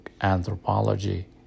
anthropology